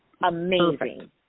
Amazing